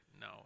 No